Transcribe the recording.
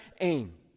aim